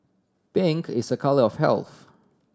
pink is a colour of health